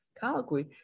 colloquy